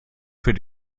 für